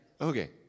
Okay